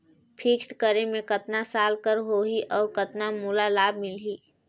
Fixed करे मे कतना साल कर हो ही और कतना मोला लाभ मिल ही?